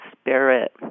spirit